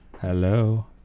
Hello